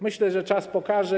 Myślę, że czas pokaże.